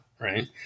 right